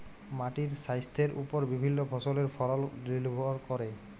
মাটির স্বাইস্থ্যের উপর বিভিল্য ফসলের ফলল লির্ভর ক্যরে